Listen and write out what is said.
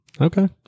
Okay